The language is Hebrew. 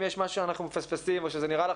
אם יש משהו שאנחנו מפספסים או שזה נראה לך